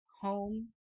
home